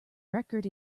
record